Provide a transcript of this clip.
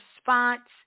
spots